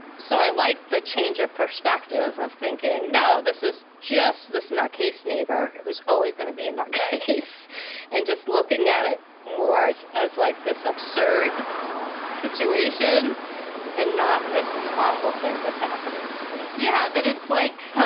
so i like the change of perspective, of thinking, no, this is just this nutcase neighbor who's always going to be in that case and just looking at it more as as like this absurd situation and not this awful thing that's happening to me yeah, that it's like,